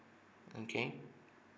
mm K